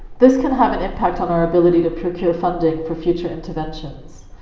this can have an impact on our ability to procure funding for future interventions.